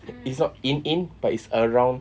is not in in but it's around